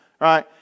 Right